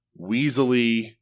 weaselly